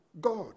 God